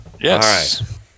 Yes